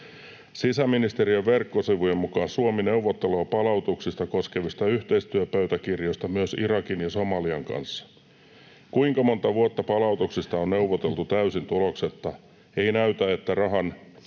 Sisäministeriön verkkosivujen mukaan Suomi neuvottelee palautuksista koskevista yhteistyöpöytäkirjoista myös Irakin ja Somalian kanssa. Kuinka monta vuotta palautuksista on neuvoteltu täysin tuloksetta? Ei näytä, että rahan